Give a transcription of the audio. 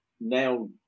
now